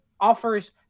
offers